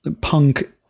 punk